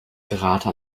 karate